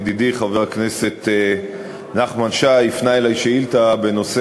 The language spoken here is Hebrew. ידידי חבר הכנסת נחמן שי הפנה אלי שאילתה בנושא